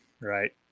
right